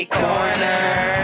corner